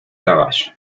caballo